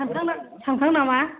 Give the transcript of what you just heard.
सानखां नामा